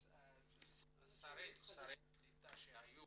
שרי הקליטה שהיו